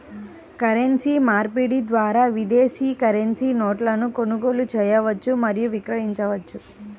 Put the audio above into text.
currency మార్పిడి ద్వారా విదేశీ కరెన్సీ నోట్లను కొనుగోలు చేయవచ్చు మరియు విక్రయించవచ్చు